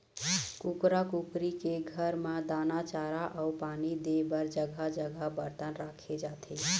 कुकरा कुकरी के घर म दाना, चारा अउ पानी दे बर जघा जघा बरतन राखे जाथे